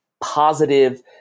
positive